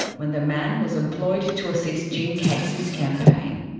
when the man was employed to assist jim casey's campaign.